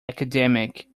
academic